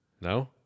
No